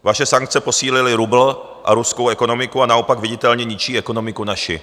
Vaše sankce posílily rubl a ruskou ekonomiku a naopak viditelně ničí ekonomiku naši.